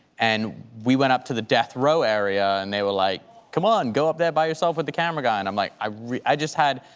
and we went up to the death row area, and they were like come on, go up there by yourself with the camera guy, and i'm like, i i just had.